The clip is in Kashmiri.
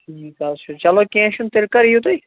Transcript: ٹھیٖک حظ چھُ چلو کیٚنہہ چھُنہٕ تیٚلہِ کَر یِیو تُہۍ